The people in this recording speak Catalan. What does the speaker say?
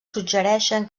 suggereixen